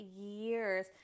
years